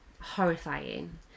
horrifying